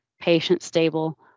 patient-stable